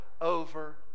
over